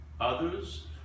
Others